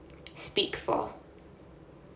speak for